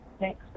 next